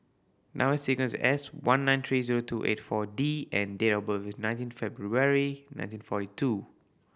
number sequence is S one nine three zero two eight Four D and date of birth is nineteen February nineteen forty two